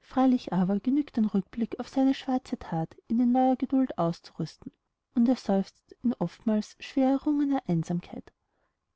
freilich aber genügt ein rückblick auf seine schwarze that ihn mit neuer geduld auszurüsten und er seufzt in oftmals schwererrungener einsamkeit